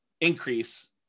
increase